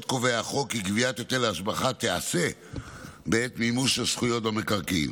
עוד קובע החוק כי גביית היטל ההשבחה תיעשה בעת מימוש הזכויות במקרקעין.